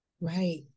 Right